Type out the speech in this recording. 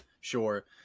Sure